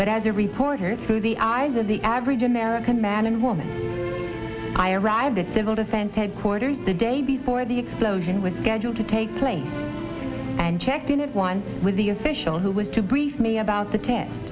but as a reporter through the eyes of the average american man and woman i arrived a civil defense headquarters the day before the explosion with scheduled to take place and checked in at one with the official who was to brief me about the